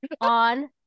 On